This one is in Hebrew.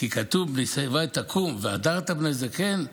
כי כתוב: "מפני שיבה תקום והדרת פני זקן",